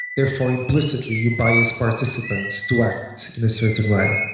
therefore implicitly, you bias participants to act in a certain way.